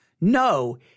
No